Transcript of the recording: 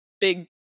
big